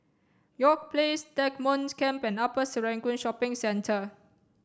York Place Stagmont Camp and Upper Serangoon Shopping Centre